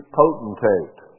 potentate